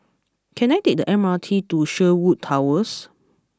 can I take the M R T to Sherwood Towers